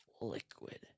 Liquid